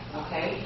okay